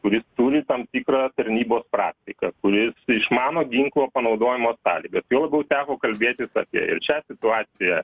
kuris turi tam tikrą tarnybos praktiką kuris išmano ginklo panaudojimo sąlygas juo labiau teko kalbėtis apie ir šią situaciją